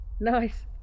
Nice